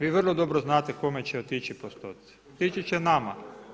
Vi vrlo dobro znate kome će otići postoci, ići će nama.